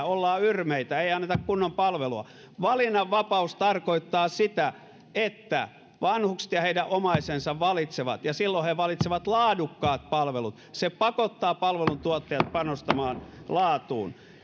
ollaan yrmeitä ei anneta kunnon palvelua valinnanvapaus tarkoittaa sitä että vanhukset ja heidän omaisensa valitsevat ja silloin he valitsevat laadukkaat palvelut se pakottaa palveluntuottajat panostamaan laatuun